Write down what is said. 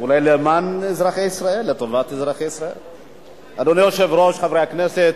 אדוני היושב-ראש, חברי הכנסת,